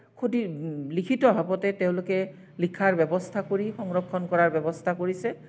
সুদিৰ লিখিতভাৱতে তেওঁলোকে লিখাৰ ব্যৱস্থা কৰি সংৰক্ষণ কৰাৰ ব্যৱস্থা কৰিছে